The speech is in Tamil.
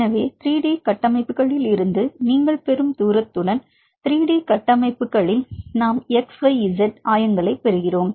எனவே 3D கட்டமைப்புகளிலிருந்து நீங்கள் பெறும் தூரத்துடன் 3D கட்டமைப்புகளில் நாம் xyz ஆயங்களை பெறுகிறோம்